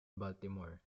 baltimore